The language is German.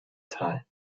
tal